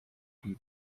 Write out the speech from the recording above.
een